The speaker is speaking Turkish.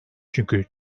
çünkü